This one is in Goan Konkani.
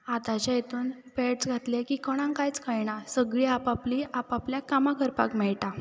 आतांच्या हितून पॅड्स घातले की कोणाक कांयच कळना सगळं आपापलीं आपापल्या कामां करपाक मेळटा